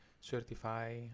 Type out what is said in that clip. certify